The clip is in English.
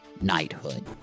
knighthood